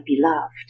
beloved